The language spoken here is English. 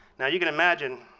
now you can imagine,